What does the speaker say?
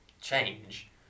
change